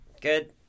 Good